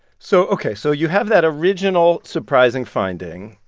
so, ok, so you have that original surprising finding,